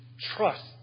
trust